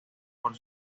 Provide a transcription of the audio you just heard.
por